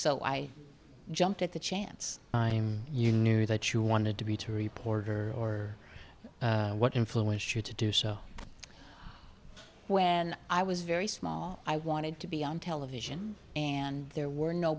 so i jumped at the chance you knew that you wanted to be to report her or what influenced you to do so when i was very small i wanted to be on television and there were no